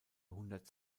hundert